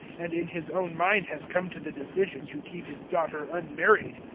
and in his own mind has come to the decision to keep his daughter unmarried,